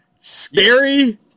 Scary